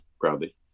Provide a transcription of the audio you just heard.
proudly